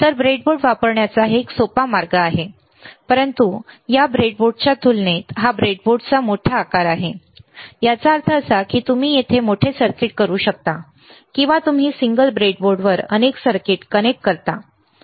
तर ब्रेडबोर्ड वापरण्याचा हा एक सोपा मार्ग आहे परंतु या ब्रेडबोर्डच्या तुलनेत हा ब्रेडबोर्डचा मोठा आकार आहे याचा अर्थ असा की तुम्ही येथे मोठे सर्किट करू शकता किंवा तुम्ही सिंगल ब्रेडबोर्डवर अनेक सर्किट कॅन्टेस्ट करता बरोबर